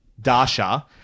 Dasha